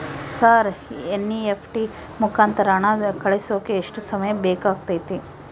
Sir NEFT ಮುಖಾಂತರ ಹಣ ಕಳಿಸೋಕೆ ಎಷ್ಟು ಸಮಯ ಬೇಕಾಗುತೈತಿ?